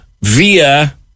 via